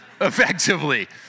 effectively